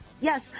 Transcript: Yes